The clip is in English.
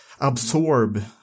absorb